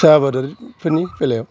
फिसा आबादारिफोरनि बेलायाव